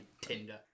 Tinder